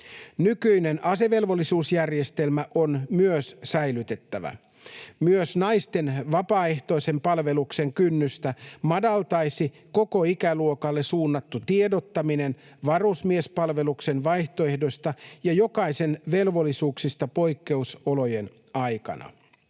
Nykyinen asevelvollisuusjärjestelmä on myös säilytettävä. Myös naisten vapaaehtoisen palveluksen kynnystä madaltaisi koko ikäluokalle suunnattu tiedottaminen varusmiespalveluksen vaihtoehdosta ja jokaisen velvollisuuksista poikkeusolojen aikana.